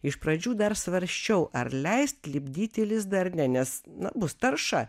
iš pradžių dar svarsčiau ar leist lipdyti lizdą ar ne nes na bus tarša